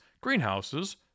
greenhouses